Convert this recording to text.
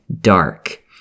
dark